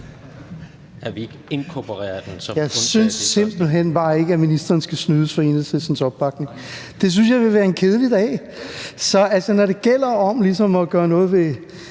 Jeg synes simpelt hen bare ikke, at ministeren skal snydes for Enhedslistens opbakning. Det synes jeg ville være en kedelig dag. Så når det ligesom gælder om at gøre noget ved